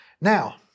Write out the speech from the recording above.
Now